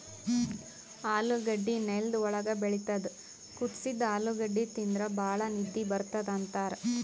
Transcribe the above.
ಆಲೂಗಡ್ಡಿ ನೆಲ್ದ್ ಒಳ್ಗ್ ಬೆಳಿತದ್ ಕುದಸಿದ್ದ್ ಆಲೂಗಡ್ಡಿ ತಿಂದ್ರ್ ಭಾಳ್ ನಿದ್ದಿ ಬರ್ತದ್ ಅಂತಾರ್